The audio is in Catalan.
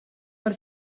per